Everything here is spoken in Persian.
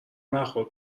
برخورد